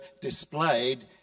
displayed